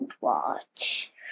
watch